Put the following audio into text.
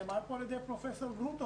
נאמר כאן על ידי פרופסור גרוטו,